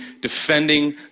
defending